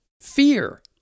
fear